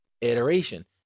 iteration